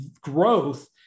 growth